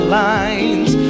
lines